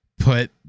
put